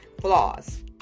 flaws